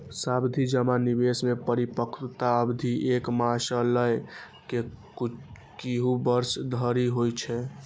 सावाधि जमा निवेश मे परिपक्वता अवधि एक मास सं लए के किछु वर्ष धरि होइ छै